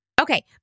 Okay